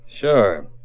Sure